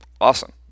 awesome